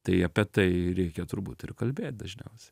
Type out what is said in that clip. tai apie tai reikia turbūt ir kalbėt dažniausiai